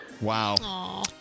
wow